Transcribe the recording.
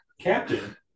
Captain